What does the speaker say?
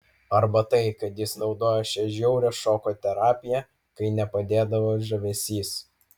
arba tai kad jis naudojo šią žiaurią šoko terapiją kai nepadėdavo žavesys